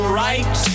right